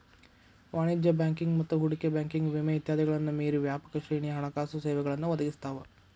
ವಾಣಿಜ್ಯ ಬ್ಯಾಂಕಿಂಗ್ ಮತ್ತ ಹೂಡಿಕೆ ಬ್ಯಾಂಕಿಂಗ್ ವಿಮೆ ಇತ್ಯಾದಿಗಳನ್ನ ಮೇರಿ ವ್ಯಾಪಕ ಶ್ರೇಣಿಯ ಹಣಕಾಸು ಸೇವೆಗಳನ್ನ ಒದಗಿಸ್ತಾವ